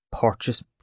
purchase